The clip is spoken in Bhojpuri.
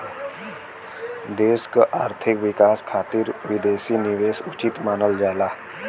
देश क आर्थिक विकास खातिर विदेशी निवेश उचित मानल जाला